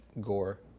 Gore